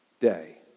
day